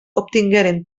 obtingueren